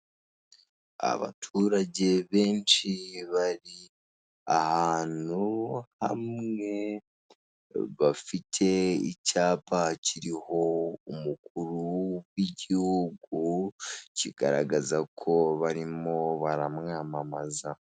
Abaturage benshi bari ahantu hamwe bafite icyapa kiriho umukuru w'igihugu kigaragaza ko barimo baramwamamaza.